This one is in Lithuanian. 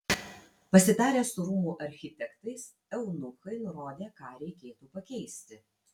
pasitarę su rūmų architektais eunuchai nurodė ką reikėtų pakeisti